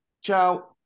Ciao